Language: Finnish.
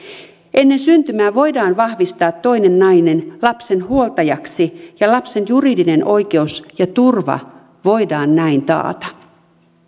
ennen syntymää voidaan vahvistaa toinen nainen lapsen huoltajaksi ja lapsen juridinen oikeus ja turva voidaan näin taata